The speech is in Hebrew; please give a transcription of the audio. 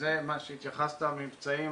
שזה מה שהתייחסת למבצעים,